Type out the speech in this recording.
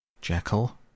Jekyll